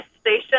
station